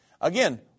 Again